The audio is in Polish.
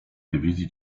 dywizji